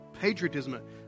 patriotism